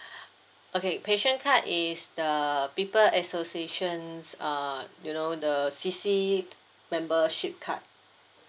okay passion card is the people associations uh you know the C_C membership card